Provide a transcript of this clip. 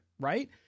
Right